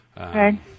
Okay